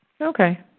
Okay